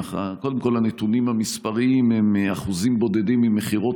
קודם כול הנתונים המספריים הם אחוזים בודדים ממכירות